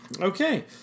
Okay